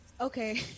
Okay